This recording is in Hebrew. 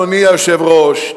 אדוני היושב-ראש,